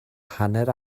hanner